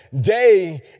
day